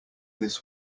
this